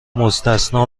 مستثنی